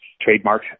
trademark